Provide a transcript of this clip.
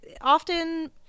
often